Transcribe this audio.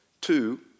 Two